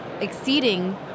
exceeding